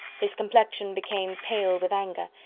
his complexion became pale with anger,